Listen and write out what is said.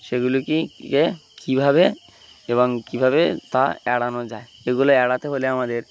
সেগুলি কি ইয়ে কীভাবে এবং কীভাবে তা এড়ানো যায় এগুলো এড়াতে হলে আমাদের